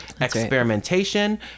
experimentation